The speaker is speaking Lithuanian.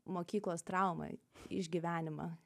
mokyklos traumą išgyvenimą